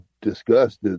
discussed